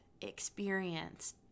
experience